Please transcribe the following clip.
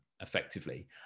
effectively